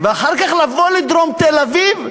ואחר כך לבוא לדרום תל-אביב ולהגיד: